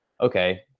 okay